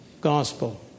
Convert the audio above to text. gospel